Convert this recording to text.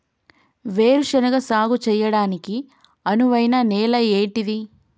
వేరు శనగ సాగు చేయడానికి అనువైన నేల ఏంటిది?